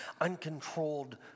uncontrolled